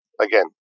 again